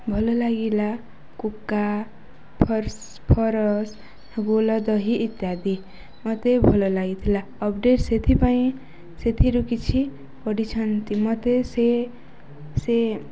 ଭଲ ଲାଗିଲା କୁକା ଫରସ ଗୁଲ ଦହି ଇତ୍ୟାଦି ମତେ ଭଲ ଲାଗିଥିଲା ଅପଡ଼େଟ୍ ସେଥିପାଇଁ ସେଥିରୁ କିଛି ପଡ଼ିଛନ୍ତି ମୋତେ ସେ ସେ